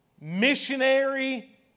missionary